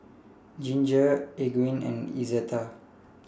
Ginger Eugene and Izetta